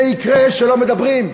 זה יקרה כשלא מדברים,